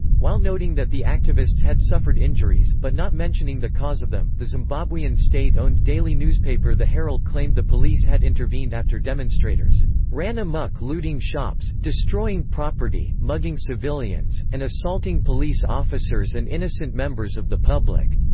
while noting that the activists had suffered injuries, but not mentioning the cause of them, the zimbabwean state-owned daily newspaper the herald claimed the police had intervened after demonstrators ran amok looting shops, destroying property, mugging civilians, and assaulting police officers and innocent members of the public.